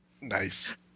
Nice